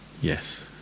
yes